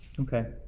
okay,